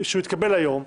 אם רוצים שהוא יתקבל היום,